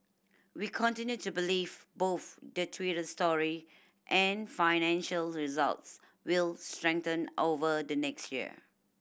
we continue to believe both the Twitter story and financial results will strengthen over the next year